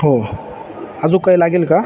हो अजून काही लागेल का